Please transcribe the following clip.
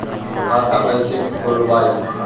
खाता कईसे खोलबाइ?